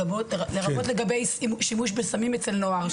לפחות לגבי שימוש בסמים אצל נוער,